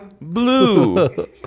blue